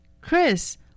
Chris